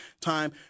time